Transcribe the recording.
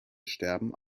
sterben